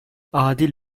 adil